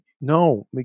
no